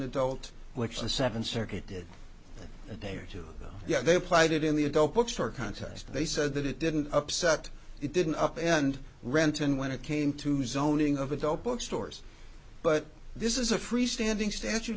seventh circuit did a day or two yeah they applied it in the adult bookstore context they said that it didn't upset it didn't up and renton when it came to zoning of adult book stores but this is a free standing statute